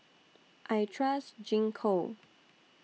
I Trust Gingko